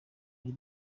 ari